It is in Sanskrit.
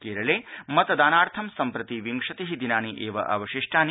क्ष्मिमितदानार्थं सम्प्रति विंशति दिनानि एव अवशिष्टानि